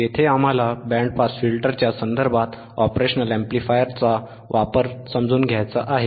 येथे आम्हाला band pass फिल्टरच्या संदर्भात ऑपरेशनल अम्प्लिफायरचा वापर समजून घ्यायचा आहे